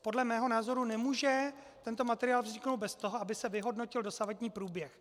Podle mého názoru nemůže tento materiál vzniknout bez toho, aby se vyhodnotil dosavadní průběh.